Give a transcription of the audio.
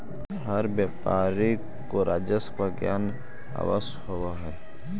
हर व्यापारी को राजस्व का ज्ञान अवश्य होतई